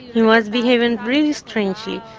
he was behaving really strangely.